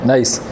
Nice